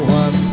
one